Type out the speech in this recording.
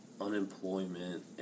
unemployment